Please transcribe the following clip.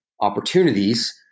opportunities